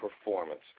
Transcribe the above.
performance